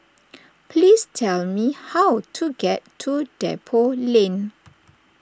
please tell me how to get to Depot Lane